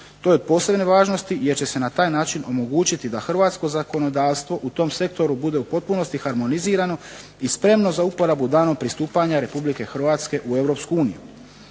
To je od posebne važnosti jer će se na taj način omogućiti da hrvatsko zakonodavstvo u tom sektoru bude u potpunosti harmonizirano i spremno za uporabu danom pristupanja Republike Hrvatske u